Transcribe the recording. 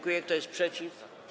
Kto jest przeciw?